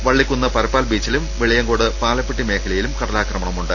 വള്ളിക്കുന്ന് പരപ്പാൽ ബീച്ചിലും വെളിയങ്കോട്ട് പാലപ്പെട്ടി മേഖലകളിലും കടലാക്രമണമുണ്ട്